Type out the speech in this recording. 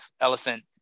elephant